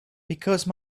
because